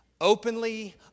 openly